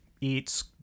eats